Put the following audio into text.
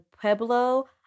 Pueblo